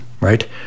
Right